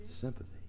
Sympathy